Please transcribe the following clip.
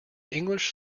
english